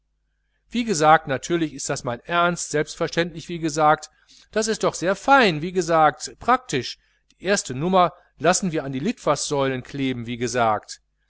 wie gesagt natürlich das ist mein ernst selbstverständlich wie gesagt das ist doch sehr fein und wie gesagt praktisch die erste nummer lassen wir an die littfaßsäulen kleben wie gesagt